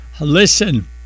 listen